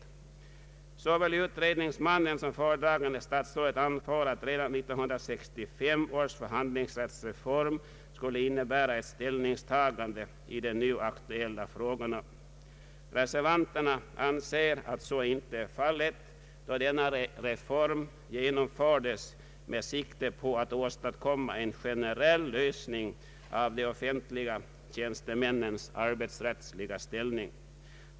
Såväl utredningsmannen som föredragande statsrådet anför att redan 1965 års förhandlingsrättsreform skulle innebära ett ställningstagande i den nu aktuella frågan. Reservanterna anser att så inte är fallet då denna reform genomfördes med sikte på att åstadkomma en generell lösning av de offentliga tjänstemännens arbetsrättsliga ställning.